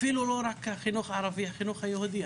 אפילו לא רק החינוך הערבי, החינוך היהודי.